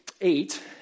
eight